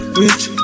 rich